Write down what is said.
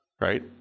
right